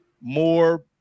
more